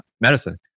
medicine